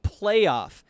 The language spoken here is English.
playoff